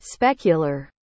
specular